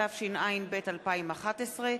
התשע"ב 2011,